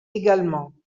également